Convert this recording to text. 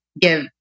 give